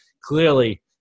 Clearly